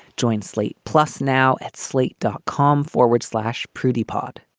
join slate plus now at slate. dot com forward slash pretty pod